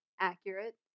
accurate